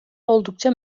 oldukça